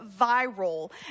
Viral